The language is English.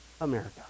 America